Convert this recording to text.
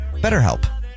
BetterHelp